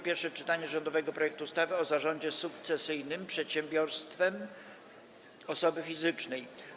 Pierwsze czytanie rządowego projektu ustawy o zarządzie sukcesyjnym przedsiębiorstwem osoby fizycznej.